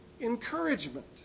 encouragement